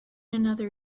another